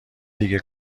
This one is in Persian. دیگه